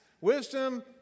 Wisdom